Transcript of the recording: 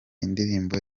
indirimbo